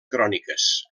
cròniques